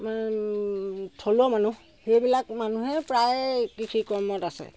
থলুৱা মানুহ সেইবিলাক মানুহে প্ৰায় কৃষি কৰ্মত আছে